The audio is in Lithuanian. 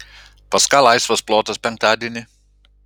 pas ką laisvas plotas penktadienį